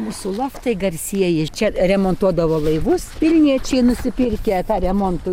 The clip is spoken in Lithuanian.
mūsų loftai garsieji čia remontuodavo laivus vilniečiai nusipirkę tą remonto